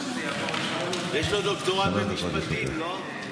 יש לו דוקטורט במשפטים, לא?